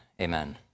Amen